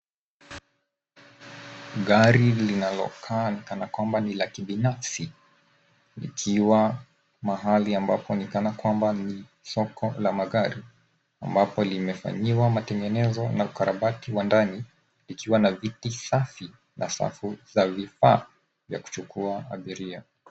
Gari linalokaa kana kwamba ni la kibinafsi likiwa mahali ambapo ni kana kwamba ni soko la magari ambapo limefanyiwa matengenezo na ukarabati wa ndani ikiwa na viti safi na safu za vifaa za kuchukua abiria.